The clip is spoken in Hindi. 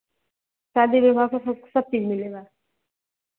शादी विवाह का सब सब चीज़ मिलेगा